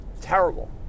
terrible